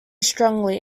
strongly